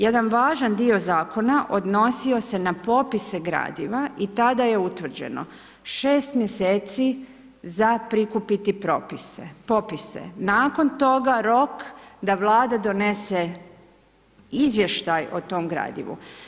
Jedan važan dio zakona odnosio se na popise gradiva i tada je utvrđeno, 6 mjeseci za prikupiti popise, nakon toga, da Vlada donese izvještaj o tom gradivu.